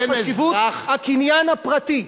מה חשיבות הקניין הפרטי.